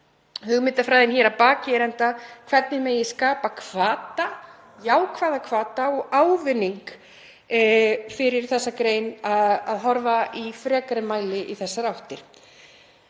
Hugmyndafræðin að baki er enda hvernig megi skapa jákvæða hvata og ávinning fyrir þessa grein að horfa í frekari mæli í þessar áttir.